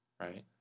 Right